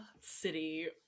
city